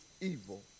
evil